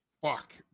Fuck